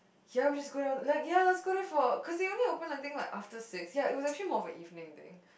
ya we just go down like ya let's go down for cause they only open like I think like after six ya it was actually more of an evening thing